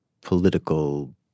political